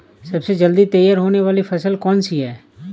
सबसे जल्दी तैयार होने वाली फसल कौन सी है?